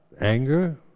anger